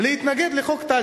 להתנגד לחוק טל,